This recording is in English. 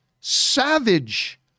savage